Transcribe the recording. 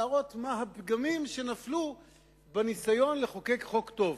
להראות מה הפגמים שנפלו בניסיון לחוקק חוק טוב.